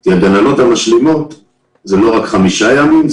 כי הגננות המשלימות זה לא רק 5 ימים,